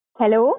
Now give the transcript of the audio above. Hello